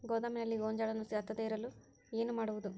ಗೋದಾಮಿನಲ್ಲಿ ಗೋಂಜಾಳ ನುಸಿ ಹತ್ತದೇ ಇರಲು ಏನು ಮಾಡುವುದು?